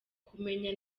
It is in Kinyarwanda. kumenya